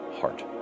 heart